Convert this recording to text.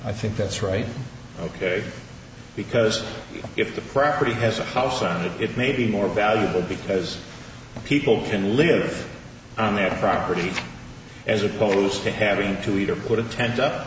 i think that's right ok because if the prakriti has a house on it it may be more valuable because people can live on their property as opposed to having to either put a tent up